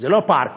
זה לא פער קטן.